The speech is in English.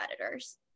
editors